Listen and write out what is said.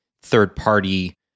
third-party